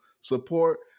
support